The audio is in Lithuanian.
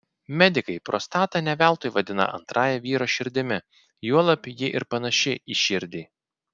medikai prostatą ne veltui vadina antrąja vyro širdimi juolab ji ir panaši į širdį